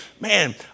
man